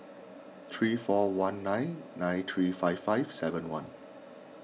three four one nine nine three five five seven one